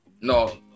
No